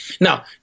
Now